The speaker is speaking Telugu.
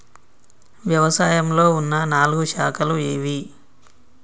వ్యవసాయంలో ఉన్న నాలుగు శాఖలు ఏవి?